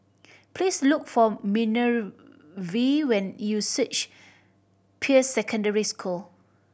please look for Minervia when you search Peirce Secondary School